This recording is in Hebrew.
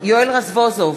יואל רזבוזוב,